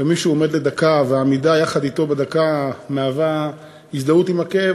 ומישהו עומד לדקה והעמידה יחד אתו בדקה מהווה הזדהות עם הכאב,